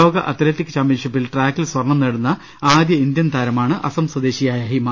ലോക അത്ല റ്റിക് ചാമ്പ്യൻഷിപ്പിൽ ട്രാക്കിൽ സ്വർണം നേടുന്ന ആദ്യ ഇന്ത്യൻ താരമാണ് അസം സ്വദേശിയായ ഹിമ